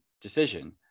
decision